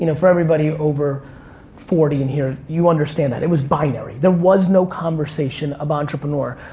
you know for everybody over forty in here, you understand that, it was binary. there was no conversation of entrepreneur.